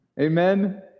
Amen